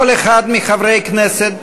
כל אחד מחברי הכנסת,